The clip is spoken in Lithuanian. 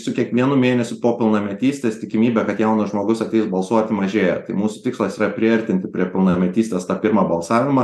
su kiekvienu mėnesiu po pilnametystės tikimybė kad jaunas žmogus ateis balsuoti mažėja tai mūsų tikslas yra priartinti prie pilnametystės tą pirmą balsavimą